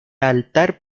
altar